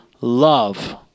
love